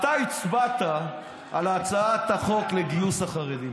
אתה הצבעת על הצעת החוק לגיוס החרדים.